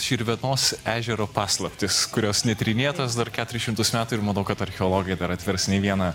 širvėnos ežero paslaptys kurios netyrinėtos dar keturis šimtus metų ir manau kad archeologai dar atvers ne vieną